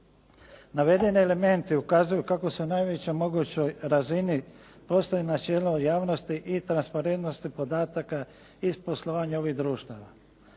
Navedeni elementi ukazuju kako se u najvećoj mogućnoj razini postoji načelo javnosti i transparentnosti podataka iz poslovanja ovih društava.